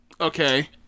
Okay